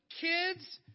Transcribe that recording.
kids